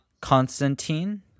constantine